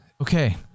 Okay